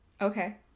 Okay